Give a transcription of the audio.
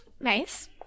Nice